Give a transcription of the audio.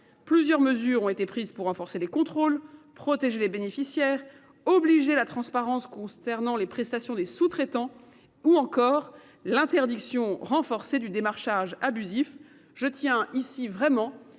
Plusieurs mesures ont été prises pour accroître les contrôles, protéger les bénéficiaires, obliger à la transparence concernant les prestations des sous traitants ou renforcer l’interdiction du démarchage abusif. À cet